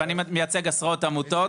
ואני מייצג עשרות עמותות.